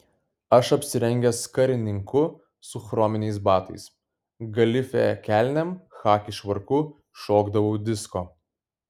aš apsirengęs karininku su chrominiais batais galifė kelnėm chaki švarku šokdavau disko